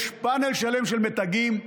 יש פאנל שלם של מתגים.